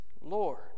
Lord